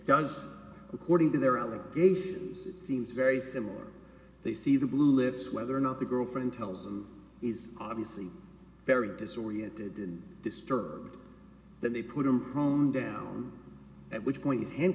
does according to their allegations it seems very similar they see the blue lips whether or not the girlfriend tells them he's obviously very disoriented and disturbed then they put a phone down at which point h